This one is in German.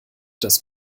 das